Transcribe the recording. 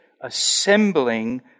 assembling